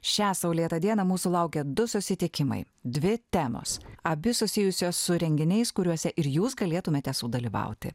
šią saulėtą dieną mūsų laukia du susitikimai dvi temos abi susijusios su renginiais kuriuose ir jūs galėtumėte dalyvauti